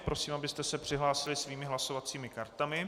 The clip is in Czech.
Prosím vás, abyste se přihlásili svými hlasovacími kartami.